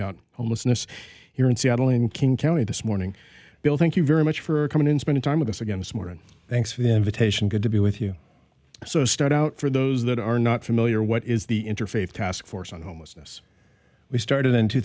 about homelessness here in seattle in king county this morning bill thank you very much for coming in spend time with us again this morning thanks for the invitation good to be with you so start out for those that are not familiar what is the interfaith task force on homelessness we started in two